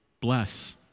bless